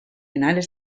united